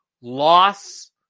loss